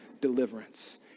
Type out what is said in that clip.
deliverance